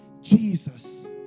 Jesus